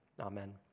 Amen